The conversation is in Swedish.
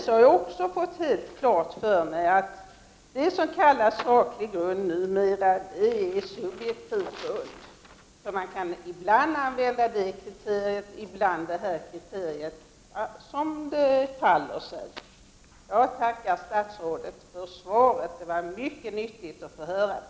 Jag har nu också fått helt klart för mig att det som kallas för saklig grund numera är subjektiv grund. Ibland kan man använda sig av ett kriterium, ibland av ett annat som det faller sig. Jag tackar statsrådet för svaret. Det var mycket nyttigt att få höra det.